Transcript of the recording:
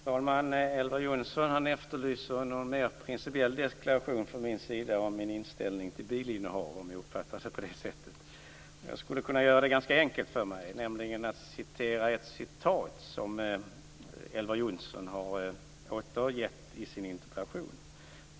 Fru talman! Elver Jonsson efterlyser en mer principiell deklaration från min sida om min inställning till bilinnehav - om jag uppfattar det så. Jag skulle kunna göra det ganska enkelt för mig genom att ta upp ett citat som Elver Jonsson har återgivit i sin interpellation.